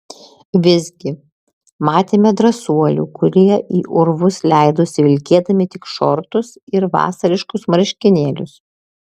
visgi matėme drąsuolių kurie į urvus leidosi vilkėdami tik šortus ir vasariškus marškinėlius